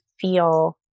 feel